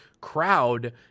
crowd